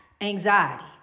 Anxiety